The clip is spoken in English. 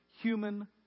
human